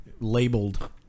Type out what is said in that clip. labeled